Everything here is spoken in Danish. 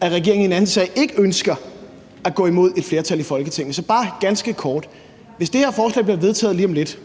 at regeringen i den anden sag ikke ønsker at gå imod et flertal i Folketinget? Så bare ganske kort: Hvis det her forslag bliver vedtaget lige om lidt,